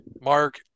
Mark